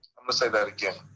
i'm gonna say that again,